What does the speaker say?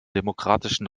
demokratischen